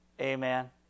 Amen